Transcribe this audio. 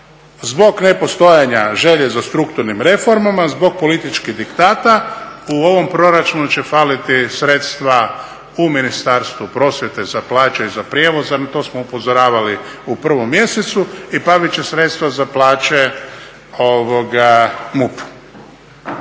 zbog nepostojanja želje za strukturnim reformama, zbog političkih diktata, u ovom proračunu će faliti sredstva u Ministarstvu prosvjete za plaće i za prijevoz, to smo upozoravali u prvom mjesecu i falit će sredstva za plaće MUP-u.